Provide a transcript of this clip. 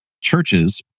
churches